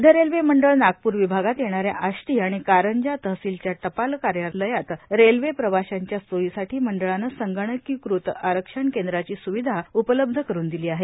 मध्य रेल्वे मंडळ नागपूर विभागात येणाऱ्या आष्टी आणि कारंजा तहसीलच्या टपाल कार्यालयात रेल्वे प्रवाशांच्या सोयीसाठी मंडळानं संगणीकृत आरक्षण केंद्राची सुविधा उपलब्ध करून दिली आहे